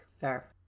Fair